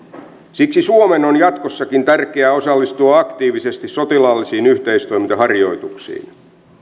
siksi suomen on jatkossakin tärkeää osallistua aktiivisesti sotilaallisiin yhteistoimintaharjoituksiin